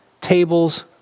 tables